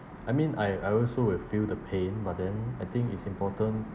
I mean I I also will feel the pain but then I think it's important